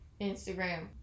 Instagram